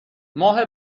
ماه